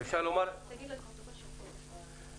אין סעיף 7 אושר.